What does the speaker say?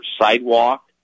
sidewalk